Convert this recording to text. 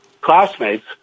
classmates